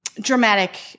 dramatic